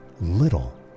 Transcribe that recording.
little